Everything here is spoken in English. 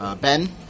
Ben